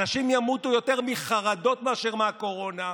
אנשים ימותו יותר מחרדות מאשר מהקורונה,